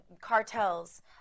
cartels